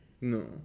No